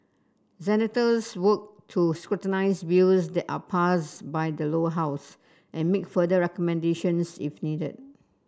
senators work to scrutinise bills that are passed by the Lower House and make further recommendations if needed